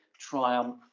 triumph